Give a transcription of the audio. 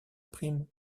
prime